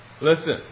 Listen